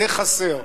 זה חסר.